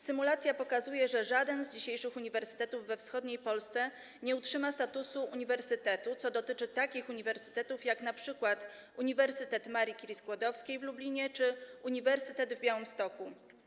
Symulacja pokazuje, że żaden z dzisiejszych uniwersytetów we wschodniej Polsce nie utrzyma statusu uniwersytetu, co dotyczy takich uniwersytetów jak np. Uniwersytet Marii Curie-Skłodowskiej w Lublinie czy Uniwersytet w Białymstoku.